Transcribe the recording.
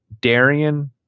darian